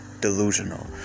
delusional